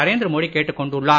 நரேந்திர மோடி கேட்டுக் கொண்டுள்ளார்